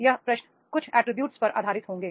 यह प्रश्न कुछ अटरीब्यूट्स पर आधारित होंगे